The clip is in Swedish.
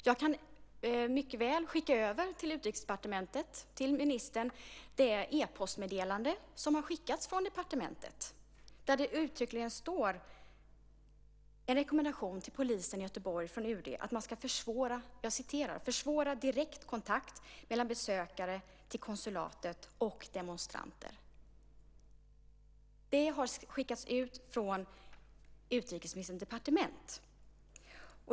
Jag kan mycket väl skicka över till Utrikesdepartementet och ministern det e-postmeddelande som har skickats från departementet, där det uttryckligen står en rekommendation till polisen i Göteborg från UD att man ska "försvåra direkt kontakt mellan besökare till konsulatet och demonstranter". Det har skickats ut från utrikesministerns departement.